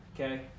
okay